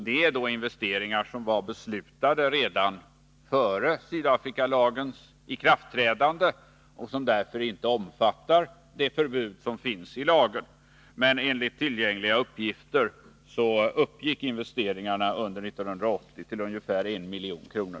Det gäller då investeringar som var beslutade redan före Sydafrikalagens ikraftträdande och som därför inte omfattas av det förbud som finns i lagen. Men enligt tillgängliga uppgifter uppgick investeringarna under 1980 till ungefär 1 milj.kr.